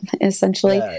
essentially